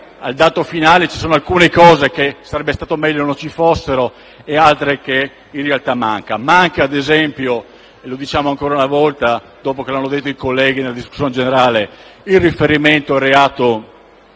al dato finale, ci sono alcune cose che sarebbe stato meglio non ci fossero e altre che, in realtà, mancano. Manca, ad esempio - lo ripetiamo ancora una volta, dopo che lo hanno già detto i colleghi in discussione generale - il riferimento al reato